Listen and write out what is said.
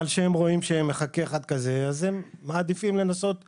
רואים שמחכה אחד כזה, הם מעדיפים לנסות לברוח,